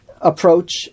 approach